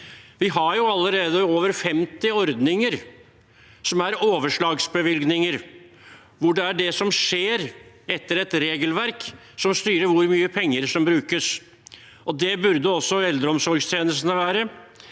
Vi har allerede over 50 ordninger som er overslagsbevilgninger, hvor det er det som skjer etter et regelverk, som styrer hvor mye penger som brukes. Slik burde også eldreomsorgstjenestene være,